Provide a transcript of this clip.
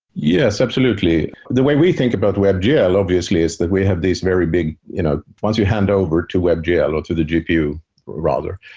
yes, absolutely. the way we think about webgl obviously is that we have these very big you know once you hand over to webgl or to the gpu rather,